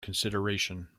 consideration